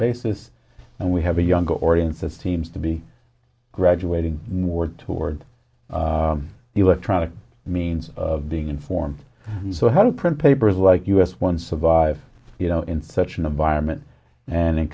basis and we have a younger audience the teams to be graduating more toward the electronic means of being informed and so how do print papers like us one survive you know in such an of vironment and